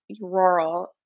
rural